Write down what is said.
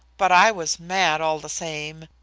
but i was mad all the same.